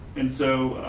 and so